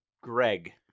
Greg